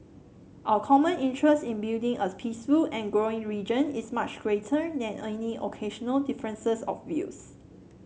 our common interest in building a peaceful and growing region is much greater than any occasional differences of views